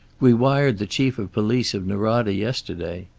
we wired the chief of police of norada yesterday.